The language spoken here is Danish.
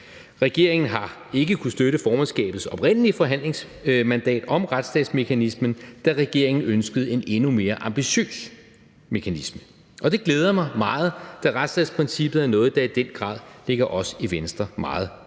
Regeringen har ikke kunnet støtte formandskabets oprindelige forhandlingsmandat om retsstatsmekanismen, da regeringen ønskede en endnu mere ambitiøs mekanisme. Det glæder mig meget, da retsstatsprincippet er noget, der i den grad ligger os i Venstre meget på